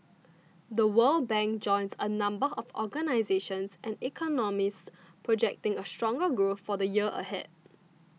The World Bank joins a number of organisations and economists projecting a stronger growth for the year ahead